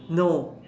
no